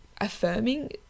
affirming